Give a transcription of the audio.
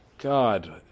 God